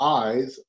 eyes